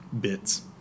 bits